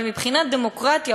אבל מבחינת דמוקרטיה,